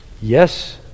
yes